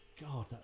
God